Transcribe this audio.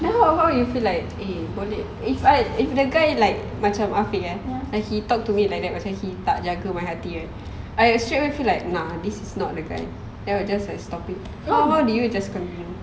then how how you feel like eh boleh if I if the guy like macam afiq eh he talk to me like that he tak jaga my hati right I straightforward nah this is not the guy then I will just like stop it how how did you just continue